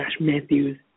Matthews